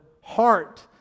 heart